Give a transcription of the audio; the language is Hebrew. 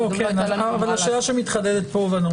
וגם לא הייתה לנו יומרה לעשות את זה.